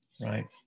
right